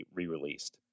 re-released